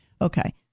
Okay